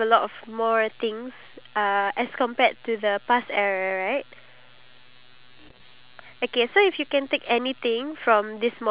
it's a normal wear and if you were to wear it now then people will think like oh you were just from a wedding or a party (uh huh)